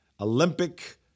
Olympic